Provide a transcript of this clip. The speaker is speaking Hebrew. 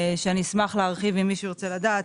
שאני אשמח להרחיב, אם מישהו ירצה לדעת.